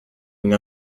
une